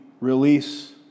release